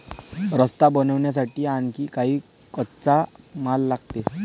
रस्ता बनवण्यासाठी आणखी काही कच्चा माल लागेल